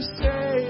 say